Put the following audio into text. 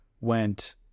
went